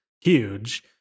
huge